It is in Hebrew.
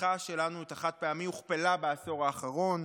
הצריכה שלנו של החד-פעמי הוכפלה בעשור האחרון.